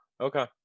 Okay